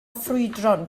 ffrwydron